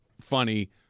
funny